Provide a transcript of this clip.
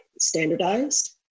standardized